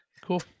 Cool